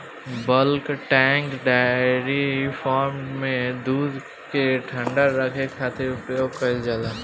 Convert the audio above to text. bulk tank dairy farm में दूध के ठंडा रखे खातिर उपयोग कईल जाला